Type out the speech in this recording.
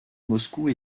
moscou